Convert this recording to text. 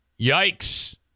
Yikes